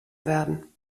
werden